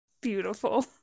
Beautiful